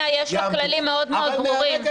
בתקופת הקורונה יש פה כללים מאוד מאוד ברורים.